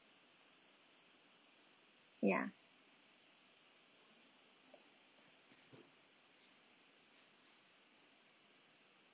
ya